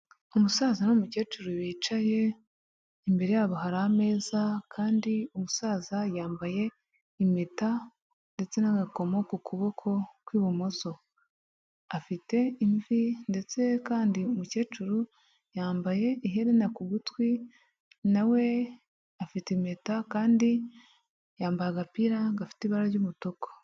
Umusaza n'umukecuru bicaye imbere yabo hari ameza kandi umusaza yambaye impeta ndetse n'agakomo ku kuboko kw'ibumoso, afite imvi ndetse kandi umukecuru yambaye iherena ku gutwi nawe afite impeta kandi yambaye agapira gafite ibara ry'umutuku.